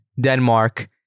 Denmark